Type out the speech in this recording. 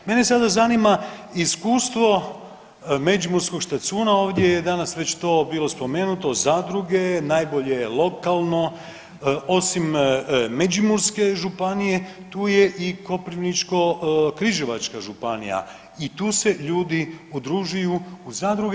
Mene sada zanima iskustvo Međimurskog štacuna ovdje je danas već to danas bilo spomenuto, Zadruge Najbolje je lokalno, osim Međimurske županije tu je i Koprivničko-križevačka županija i tu se ljudi udružuju u zadruge.